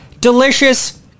delicious